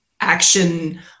action